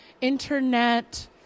internet